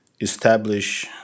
establish